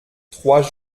trois